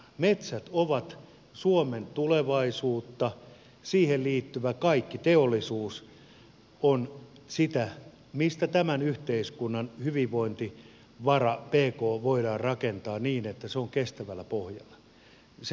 metsät ovat suomen tulevaisuutta ja siihen liittyvä kaikki teollisuus on sitä mistä tämän yhteiskunnan hyvinvointivara pk voidaan rakentaa niin että se on kestävällä pohjalla